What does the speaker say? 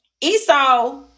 Esau